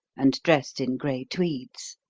and dressed in grey tweeds.